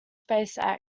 space